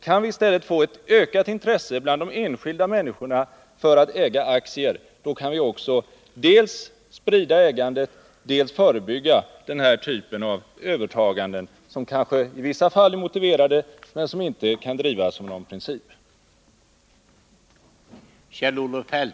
Kan vi i stället bland de enskilda människorna få ett ökat intresse för att äga aktier, kan vi också dels sprida ägandet, dels förebygga den här typen av övertaganden som i vissa fall kanske är motiverade, men som inte kan anses principiellt riktiga.